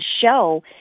show